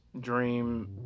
dream